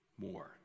more